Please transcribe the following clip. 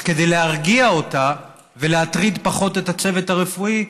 אז כדי להרגיע אותה ולהטריד פחות את הצוות הרפואי,